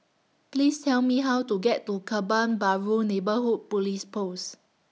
Please Tell Me How to get to Kebun Baru Neighbourhood Police Post